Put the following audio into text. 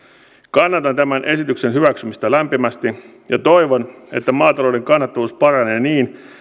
kannatan tämän esityksen hyväksymistä lämpimästi ja toivon että maatalouden kannattavuus paranee niin